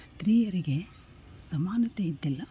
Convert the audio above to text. ಸ್ತ್ರೀಯರಿಗೆ ಸಮಾನತೆ ಇದ್ದಿಲ್ಲ